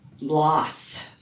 loss